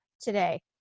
today